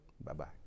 Bye-bye